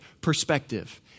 perspective